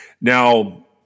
Now